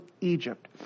Egypt